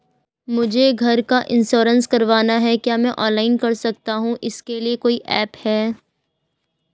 मुझे घर का इन्श्योरेंस करवाना है क्या मैं ऑनलाइन कर सकता हूँ इसके लिए कोई ऐप है?